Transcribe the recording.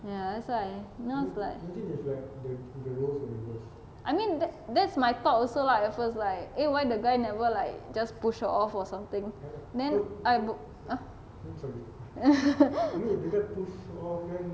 ya that's why then I was like I mean that that's my thought also like at first like eh why the guy never like just push off or something then I book